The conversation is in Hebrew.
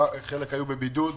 חלק היו בבידוד,